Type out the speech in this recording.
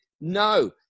no